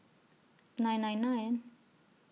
nine nine nine